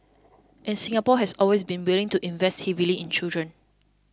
and Singapore has always been willing to invest heavily in children